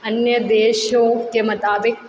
अन्य देशों के मुताबिक